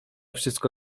wszystko